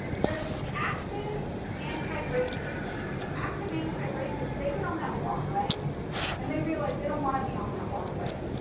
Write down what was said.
there's active anti-racists, she says, the active anti-racists, they get on that walkway and they realize they don't want to be on that walkway.